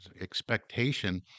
Expectation